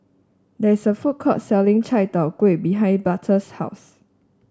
there is a food court selling Chai Tow Kuay behind Butler's house